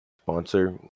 sponsor